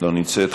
לא נמצאת.